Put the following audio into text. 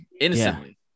innocently